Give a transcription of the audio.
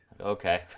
Okay